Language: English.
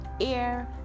air